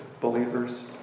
believers